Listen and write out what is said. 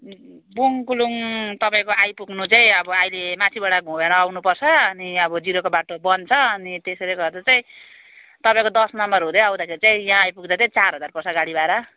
बुङकुलुङ तपाईँको आइपुग्नु चाहिँ अब अहिले माथिबाट घुमेर आउनुपर्छ अनि अब जिरोको बाटो बन्द छ अनि त्यसैले गर्दा चाहिँ तपाईँको दस नम्बर हुँदै आउँदाखेरि चाहिँ यहाँ आइपुग्दा चाहिँ चार हजार पर्छ गाडी भाडा